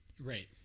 Right